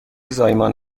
زایمان